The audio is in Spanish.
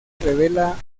revela